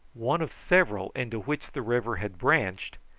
one of several into which the river had branched,